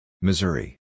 Missouri